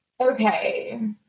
Okay